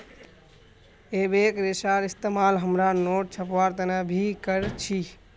एबेक रेशार इस्तेमाल हमरा नोट छपवार तने भी कर छी